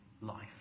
life